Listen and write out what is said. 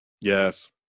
yes